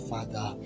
Father